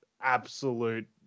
absolute